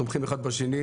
תומכים אחד בשני,